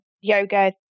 yoga